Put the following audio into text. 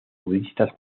budistas